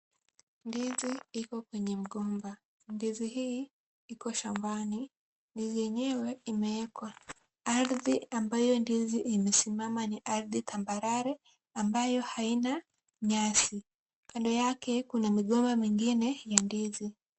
Ndizi iko kwenye mgomba. Ndizi hii iko shambani. Ndizi yenyewe imeekwa. Ardhi ambayo ndizi imesimama ni ardhi tambarare, ambayo haina nyasi. Kando yake kuna migomba mingine ya ndizi.